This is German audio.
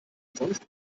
umsonst